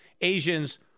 Asians